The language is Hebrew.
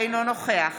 אינו נוכח